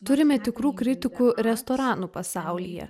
turime tikrų kritikų restoranų pasaulyje